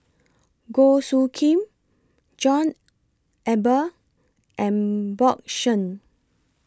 Goh Soo Khim John Eber and Bjorn Shen